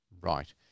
right